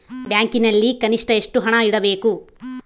ಬ್ಯಾಂಕಿನಲ್ಲಿ ಕನಿಷ್ಟ ಎಷ್ಟು ಹಣ ಇಡಬೇಕು?